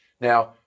Now